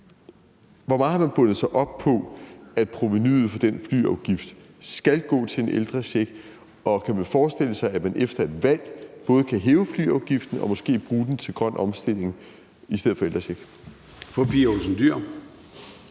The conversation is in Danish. Hvor meget har man bundet sig op på, at provenuet for den flyafgift skal gå til en ældrecheck, og kan man forestille sig, at man efter et valg både kan hæve flyafgiften og måske bruge den til grøn omstilling i stedet for ældrecheck? Kl.